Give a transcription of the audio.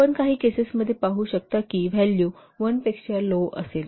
आपण काही केसेसमध्ये पाहू शकता की व्हॅल्यू 1 पेक्षा लो असेल